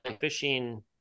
fishing